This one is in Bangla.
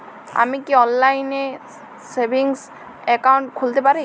আমি কি অনলাইন এ সেভিংস অ্যাকাউন্ট খুলতে পারি?